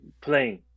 playing